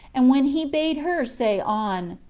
and when he bade her say on,